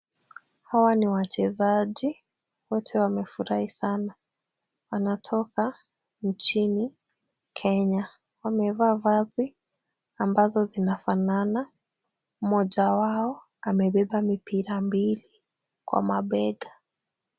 Hawa ni wachezaji. Wote wamefurahi sana. Wanatoka nchini Kenya. Wamevaa vazi ambazo zinafanana. Mmoja wao amebeba mipira mbili kwa mabega.